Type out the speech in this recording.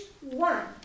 one